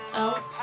else